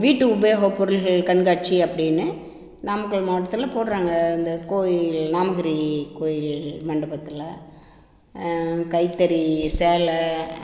வீட்டு உபயோகப் பொருள்கள் கண்காட்சி அப்படின்னு நாமக்கல் மாவட்டத்தில் போடுறாங்க அந்த கோயில் நாமகிரி கோயில் மண்டபத்தில் கைத்தறி சேலை